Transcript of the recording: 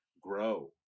grow